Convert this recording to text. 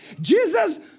Jesus